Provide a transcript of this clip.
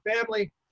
family